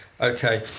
Okay